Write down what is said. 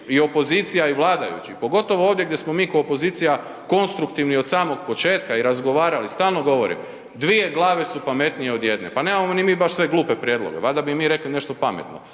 i opozicija i vladajući pogotovo ovdje gdje smo mi ko opozicija konstruktivni od samog početka i razgovarali, stalno govorim, dvije glave su pametnije od jedne. Pa nemamo ni mi baš sve glupe prijedloge, valjda bi i mi rekli nešto pametno,